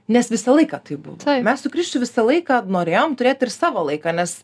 nes visą laiką taip buvo mes su krisčiu visą laiką norėjom turėt ir savo laiką nes